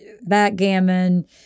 backgammon